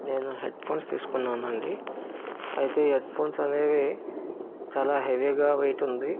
నేను హెడ్ఫోన్స్ తీసుకున్నాను అండి అయితే హెడ్ఫోన్స్ అనేవి చాలా హెవీగా వెయిట్ ఉంది